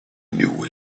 knew